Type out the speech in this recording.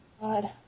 God